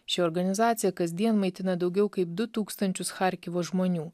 ši organizacija kasdien maitina daugiau kaip du tūkstančius charkivo žmonių